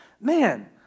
man